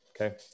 Okay